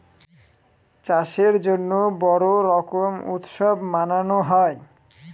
চাষের জন্য বড়ো রকম উৎসব মানানো হয়